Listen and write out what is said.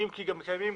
קיימים גם